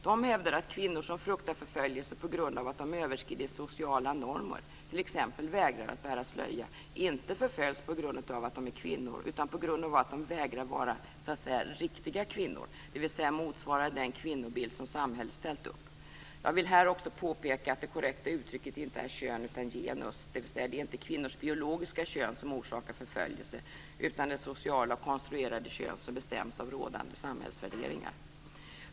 De hävdar att kvinnor som fruktar förföljelse på grund av att de överskridit sociala normer, t.ex. vägrar bära slöja, inte förföljs på grund av att de är kvinnor utan på grund av att de vägrar vara "riktiga" kvinnor, dvs. motsvara den kvinnobild som samhället ställt upp. Jag vill här också påpeka att det korrekta uttrycket inte är "kön" utan genus - dvs. det är inte kvinnors biologiska kön som orsakar förföljelse utan det sociala och konstruerade kön som bestäms av rådande samhällsvärderingar.